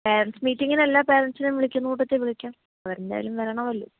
parents മീറ്റിങ്ങിന് എല്ലാ പേരൻറ്സിനെയും വിളിക്കുന്ന കൂട്ടത്തിൽ വിളിക്കാം അവർ എന്തായാലും വരണമല്ലോ